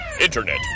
internet